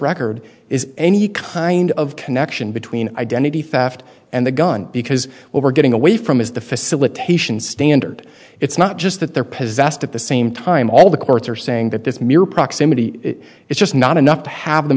record is any kind of connection between identity theft and the gun because what we're getting away from is the facilitation standard it's not just that they're possessed at the same time all the courts are saying that this mere proximity is just not enough to have them